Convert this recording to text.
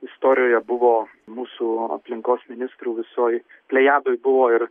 istorijoje buvo mūsų aplinkos ministrų visoj plejadoj buvo ir